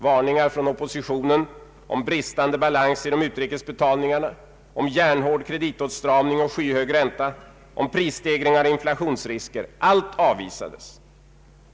Varningar från oppositionen om bristande balans i de utrikes betalningarna, om järnhård kreditåtstramning och skyhög ränta, om prisstegringar och inflationsrisker — allt avvisades.